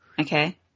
Okay